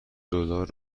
دلار